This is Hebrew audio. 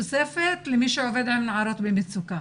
הייתה 20% תוספת למי שעבד עם נערות במצוקה,